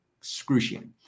excruciating